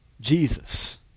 Jesus